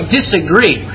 disagree